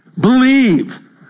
Believe